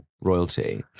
royalty